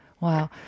Wow